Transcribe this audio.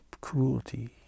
cruelty